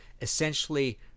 essentially